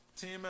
Team